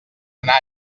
anar